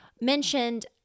mentioned